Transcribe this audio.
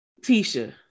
Tisha